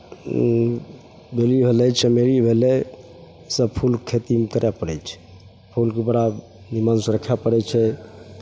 बेली भेलै चमेली भेलै सभ फूल खेतीमे करय पड़ै छै फूलके बड़ा मनसँ रखय पड़ै छै